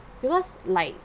because like